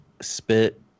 spit